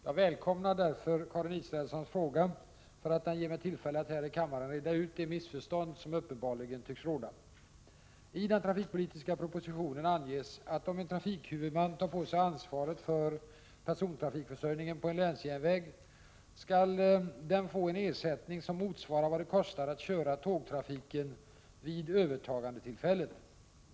Jag välkomnar därför Karin Israelssons fråga eftersom den ger mig tillfälle att här i kammaren reda ut det missförstånd som uppenbarligen tycks råda. I den trafikpolitiska propositionen anges, att om en trafikhuvudman tar på sig ansvaret för persontrafikförsörjningen på en länsjärnväg, skall den få en ersättning som motsvarar vad det kostar att köra tågtrafiken vid övertagandetillfället.